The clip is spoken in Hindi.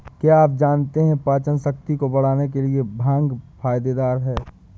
क्या आप जानते है पाचनशक्ति को बढ़ाने के लिए भांग फायदेमंद है?